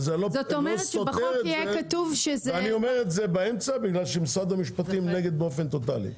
אני אומר באמצע בגלל שמשרד המשפטים נגד באופן טוטלי.